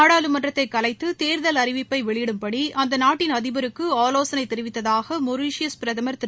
நாடாளுமன்றத்தை கலைத்து தேர்தல் அறிவிப்பை வெளியிடுப்படி அந்த நாட்டின் அதிபருக்கு ஆலோசனை தெரிவித்ததாக மொரிஷியஸ் பிரதமர் திரு